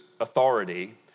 authority